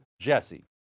JESSE